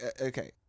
okay